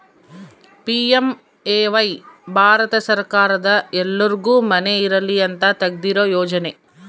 PMAY Bharat ಸರ್ಕಾರದ ಎಲ್ಲರ್ಗು ಮನೆ ಇರಲಿ ಅಂತ ತೆಗ್ದಿರೊ ಯೋಜನೆ